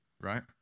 right